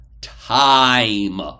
Time